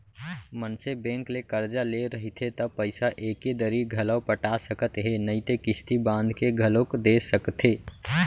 मनसे बेंक ले करजा ले रहिथे त पइसा एके दरी घलौ पटा सकत हे नइते किस्ती बांध के घलोक दे सकथे